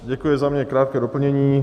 Děkuji za něj. Krátké doplnění.